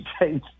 change